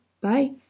Bye